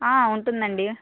ఉంటుందండి